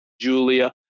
Julia